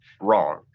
wrong